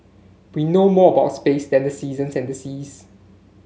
we know more about space than the seasons and the seas